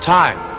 time